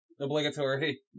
obligatory